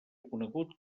conegut